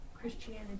Christianity